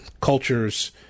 cultures